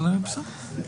אבל בסדר.